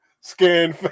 Scan